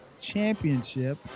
Championship